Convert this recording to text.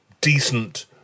decent